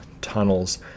tunnels